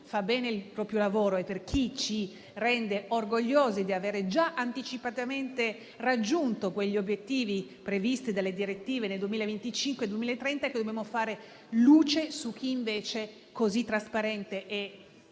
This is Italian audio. fa bene il proprio lavoro e per chi ci rende orgogliosi di avere già anticipatamente raggiunto quegli obiettivi previsti dalle direttive nel 2025 e 2030, dobbiamo far luce su chi invece così trasparente e